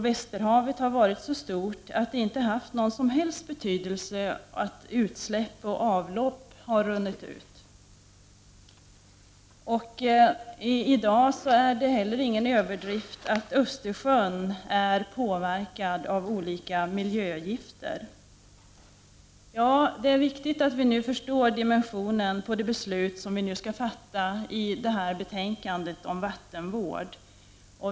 Västerhavet har varit så stort att utsläpp och avlopp inte har haft någon som helst betydelse. Det är heller ingen överdrift att säga att Östersjön i dag är påverkad av olika miljögifter. Det är viktigt att vi förstår dimensionen av det beslut vi nu skall fatta med anledning av detta betänkande om vattenvård.